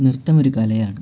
നൃത്തമൊരു കലയാണ്